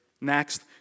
Next